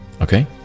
Okay